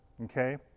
okay